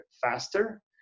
faster